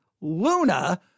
Luna